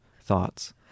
thoughts